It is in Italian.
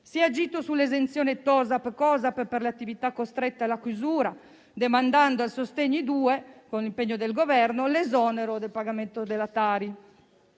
Si è agito sull'esenzione TOSAP e COSAP per le attività costrette alla chiusura, demandando al decreto sostegni-*bis*, con un impegno del Governo, l'esonero del pagamento della Tari